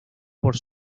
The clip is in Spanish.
por